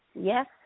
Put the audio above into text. Yes